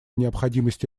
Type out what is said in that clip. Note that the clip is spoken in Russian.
необходимости